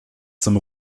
zum